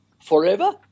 Forever